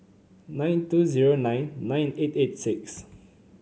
nine two zero nine nine eight eight six